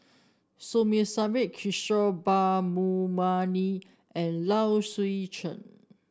Som Kishore and Low Swee Chen